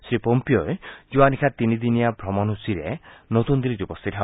শ্ৰীপম্পিঅই যোৱা নিশা তিনিদিনীয়া ভাৰত ভ্ৰমণ সূচীৰে নতুন দিল্লীত উপস্থিত হয়